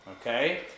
okay